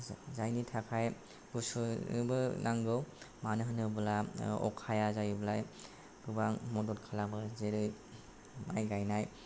जायनि थाखाय गुसुबो नांगौ मानो होनोब्ला अखाया जाहैबाय गोबां मदद खालामो जेरै माइ गाइनाय